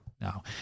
No